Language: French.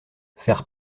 faire